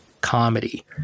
comedy